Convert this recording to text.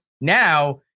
now